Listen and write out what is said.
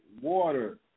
water